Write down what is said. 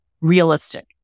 realistic